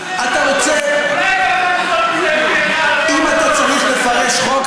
אם אתה צריך לפרש חוק,